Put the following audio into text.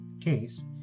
case